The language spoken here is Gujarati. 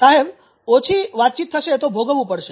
સાહેબ ઓછી વાતચીત થશે તો ભોગવવું પડશે